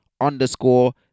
underscore